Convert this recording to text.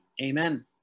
amen